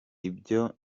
ibyo